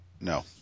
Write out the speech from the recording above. No